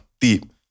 deep